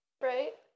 Right